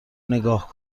نگاه